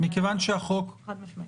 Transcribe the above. חד-משמעית.